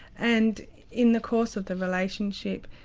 and in the course of the relationship,